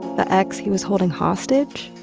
the ex he was holding hostage